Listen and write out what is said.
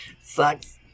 Sucks